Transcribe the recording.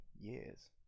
years